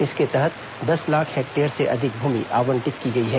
इसके तहत दस लाख हेक्टेयर से अधिक भूमि आबंटित की गई है